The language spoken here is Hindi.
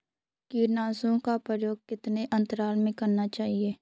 कीटनाशकों का प्रयोग कितने अंतराल में करना चाहिए?